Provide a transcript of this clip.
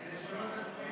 גברתי היושבת